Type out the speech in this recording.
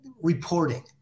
reporting